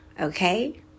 okay